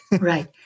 right